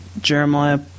jeremiah